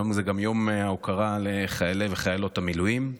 היום זה גם יום ההוקרה לחיילי וחיילות המילואים.